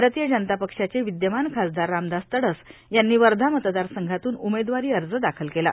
भारतीय जनता पक्षाचे विद्यमान खासदार रामदास तडस यांनी वर्धा मतदारसंघातून उमेदवारी अर्ज दाखल केला